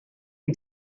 who